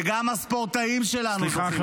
וגם הספורטאים שלנו --- סליחה,